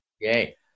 Yay